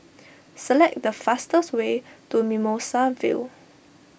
select the fastest way to Mimosa Vale